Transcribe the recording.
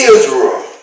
Israel